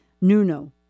Nuno